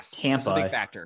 Tampa